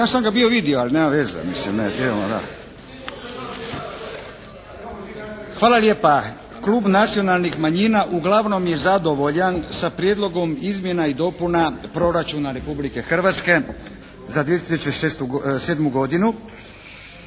Ja sam ga bio vidio ali nema veze. Hvala lijepa. Klub nacionalnih manjina uglavnom je zadovoljan sa Prijedlogom izmjena i dopuna proračuna Republike Hrvatske za 2007. godinu